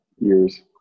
years